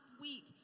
week